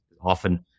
often